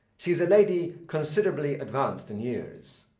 she is a lady considerably advanced in years.